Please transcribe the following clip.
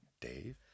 Dave